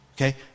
Okay